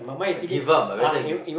I give up better